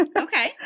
Okay